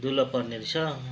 दुलो पर्ने रहेछ